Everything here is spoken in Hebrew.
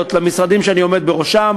מנכ"ליות למשרדים שאני עומד בראשם: